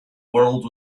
world